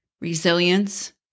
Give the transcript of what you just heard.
resilience